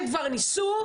הם כבר ניסו,